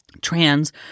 trans